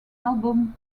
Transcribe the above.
album